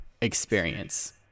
experience